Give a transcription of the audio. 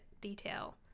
detail